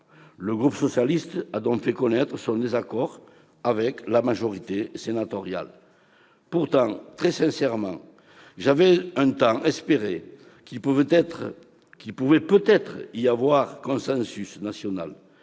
et républicain a donc fait connaître son désaccord avec la majorité sénatoriale. Pourtant, très sincèrement, j'avais un temps espéré qu'il pourrait y avoir un consensus national